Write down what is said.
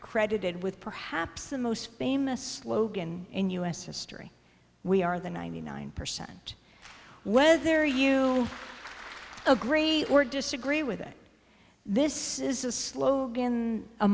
credited with perhaps the most famous slogan in u s history we are the ninety nine percent whether you agree or disagree with it this is a slogan a